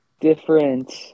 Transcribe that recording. different